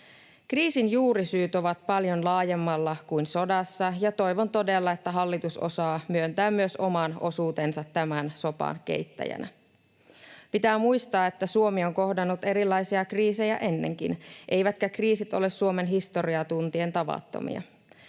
Kriisin juurisyyt ovat paljon laajemmalla kuin sodassa, ja toivon todella, että hallitus osaa myöntää myös oman osuutensa tämän sopan keittäjänä. Pitää muistaa, että Suomi on kohdannut erilaisia kriisejä ennenkin eivätkä kriisit ole Suomen historiaa tuntien tavattomia.